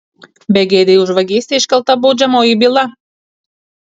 begėdei už vagystę iškelta baudžiamoji byla